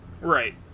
Right